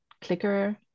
clicker